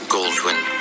Goldwyn